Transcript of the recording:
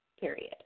period